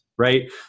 Right